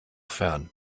fern